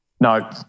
No